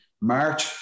March